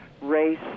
race